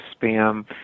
spam